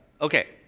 Okay